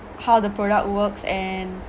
how the product works and